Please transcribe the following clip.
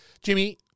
Jimmy